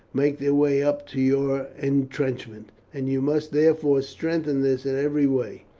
make their way up to your intrenchment, and you must therefore strengthen this in every way.